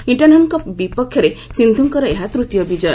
ଇଷ୍କାନନ୍ଙ୍କ ବିପକ୍ଷରେ ସିନ୍ଧୁଙ୍କର ଏହା ତୃତୀୟ ବିଜୟ